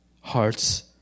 hearts